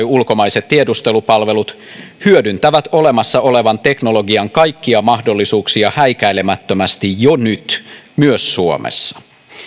ulkomaiset tiedustelupalvelut hyödyntävät olemassa olevan teknologian kaikkia mahdollisuuksia häikäilemättömästi jo nyt myös suomessa